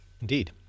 Indeed